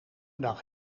dag